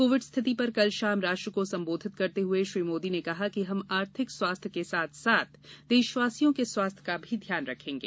Covid स्थिति पर कल शाम राष्ट्र को संबोधित करते हुए श्री मोदी ने कहा कि हम आर्थिक स्वास्थ्य के साथ साथ देशवासियों के स्वास्थ्य का भी ध्यान रखेंगे